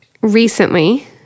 recently